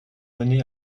mené